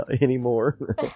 anymore